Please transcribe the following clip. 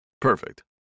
perfect